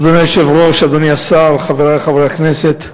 אדוני היושב-ראש, אדוני השר, חברי חברי הכנסת,